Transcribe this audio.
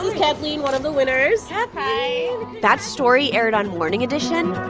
kathleen, one of the winners hi that story aired on morning edition,